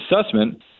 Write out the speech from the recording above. assessment